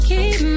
Keep